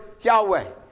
Yahweh